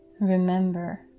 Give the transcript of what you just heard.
Remember